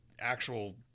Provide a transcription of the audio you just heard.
actual